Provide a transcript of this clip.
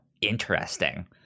Interesting